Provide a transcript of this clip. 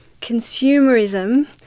consumerism